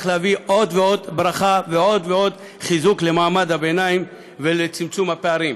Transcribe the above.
להביא עוד ועוד ברכה ועוד עוד חיזוק למעמד הביניים וצמצום הפערים.